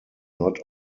not